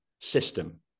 system